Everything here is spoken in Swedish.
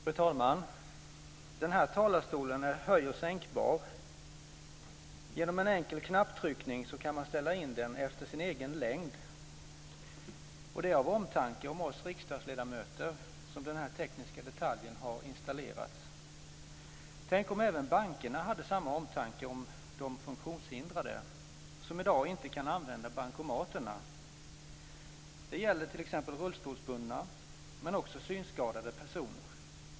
Fru talman! Den här talarstolen är höj och sänkbar. Genom en enkel knapptryckning kan man ställa in den efter sin egen längd. Det är av omtanke om oss riksdagsledamöter som denna tekniska detalj har installerats. Tänk om även bankerna hade samma omtanke om de funktionshindrade som i dag inte kan använda bankomaterna. Det gäller t.ex. rullstolsbundna men också synskadade personer.